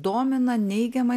domina neigiama